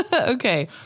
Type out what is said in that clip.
Okay